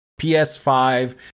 PS5